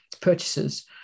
purchases